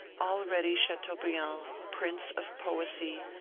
already chateaubriand, prince of poesy,